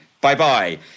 Bye-bye